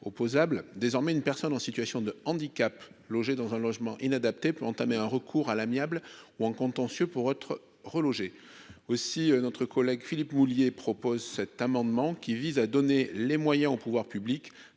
opposable désormais une personne en situation de handicap logée dans un logement inadapté pour entamer un recours à l'amiable ou en contentieux pour être relogés aussi notre collègue Philippe vous vouliez propose cet amendement qui vise à donner les moyens aux pouvoirs publics